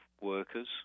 workers